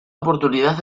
oportunidad